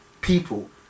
people